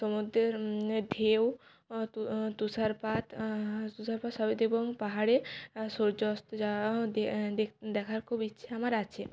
সমুদ্রের ঢেউ তুষারপাত তুষারপাতসমেত এবং পাহাড়ে সূর্য অস্ত যাওয়াও দেখ দেখার খুব ইচ্ছে আমার আছে